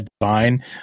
design